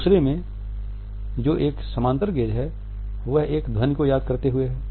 दूसरे में जो एक समानांतर गेज़ है यह एक ध्वनि को याद करते हुए है